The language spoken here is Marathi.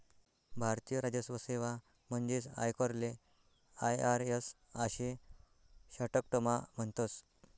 भारतीय राजस्व सेवा म्हणजेच आयकरले आय.आर.एस आशे शाटकटमा म्हणतस